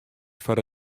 foar